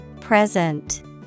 Present